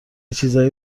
چیزایی